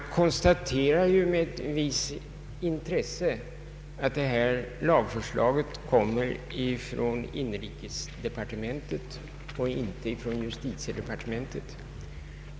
Jag konstaterar med ett visst intresse att lagförslaget kommer från inrikesdepartementet och inte från justitiedepartementet.